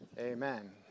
Amen